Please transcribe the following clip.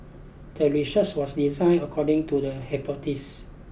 the research was designed according to the